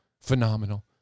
Phenomenal